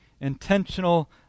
intentional